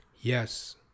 Yes